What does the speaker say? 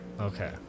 Okay